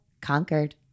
conquered